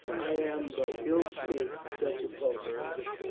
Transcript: i am but ill fitted for such a post, caesar,